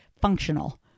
functional